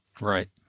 Right